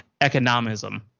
economism